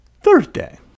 Thursday